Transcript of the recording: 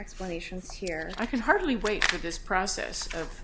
explanations here i can hardly wait for this process of